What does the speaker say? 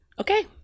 okay